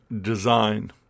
design